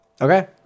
Okay